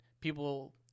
people